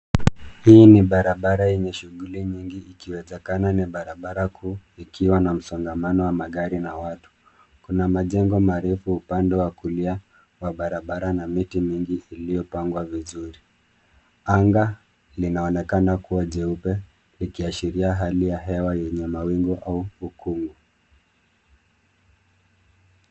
Hii ni barabara yenye shughuli nyingi ikiwezekana ni barabara kuu ikiwa na msongamano wa magari na watu. Kuna majengo marefu upande wa kulia wa barabara na miti mingi iliyopangwa vizuri. Anga linaonekana kuwa jeupe likiashiria hali ya hewa yenye mawingu au ukungu.